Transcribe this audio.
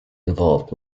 involved